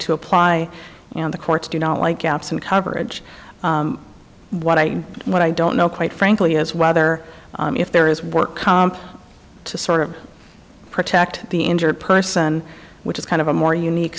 to apply and the courts do not like gaps in coverage what i what i don't know quite frankly is whether if there is work to sort of protect the injured person which is kind of a more unique